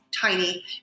tiny